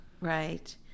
right